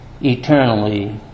eternally